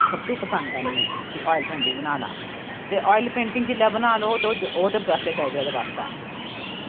सबतो पसंद ऐ आयल पेटिंग ते आयल पेंटिंग जिसलै बनानी होऐ ते ब्रश चाही दा इस आस्तै